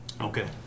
Okay